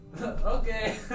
Okay